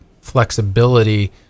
flexibility